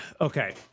Okay